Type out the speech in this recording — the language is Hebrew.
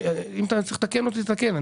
אם אתה צריך לתקן אותי, תקן.